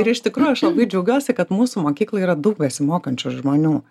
ir iš tikrųjų aš labai džiaugiuosi kad mūsų mokykloje yra daug besimokančių žmonių